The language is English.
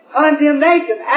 condemnation